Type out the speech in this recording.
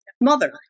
mother